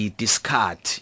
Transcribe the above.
Discard